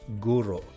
Guru